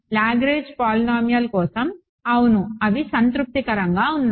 Lagrange polynomial కోసం అవును అవి సంతృప్తికరంగా ఉన్నాయి